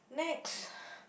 next